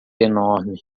enorme